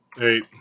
eight